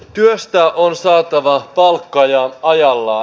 työstä on saatava palkka ja ajallaan